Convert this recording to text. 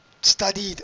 studied